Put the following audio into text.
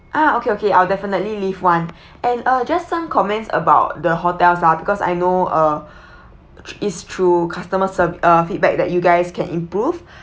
ah okay okay I'll definitely leave one and uh just some comments about the hotels lah because I know uh tr~ is through customers sef~ uh feedback that you guys can improve